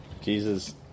Jesus